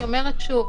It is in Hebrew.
אני אומרת שוב,